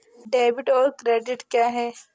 Debit और credit क्या है?